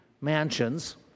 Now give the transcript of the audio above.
mansions